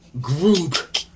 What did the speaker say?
group